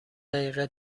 دقیقه